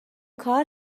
کار